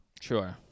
Sure